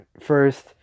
first